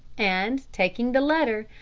and, taking the letter,